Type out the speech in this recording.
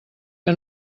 que